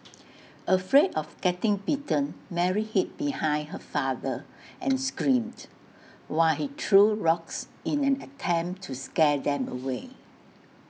afraid of getting bitten Mary hid behind her father and screamed while he threw rocks in an attempt to scare them away